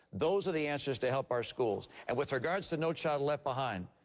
those are the answers to help our schools. and with regards to no child left behind,